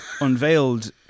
unveiled